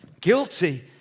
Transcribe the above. guilty